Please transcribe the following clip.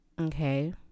Okay